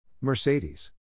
Mercedes